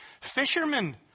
fishermen